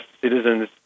citizens